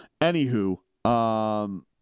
anywho